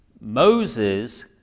Moses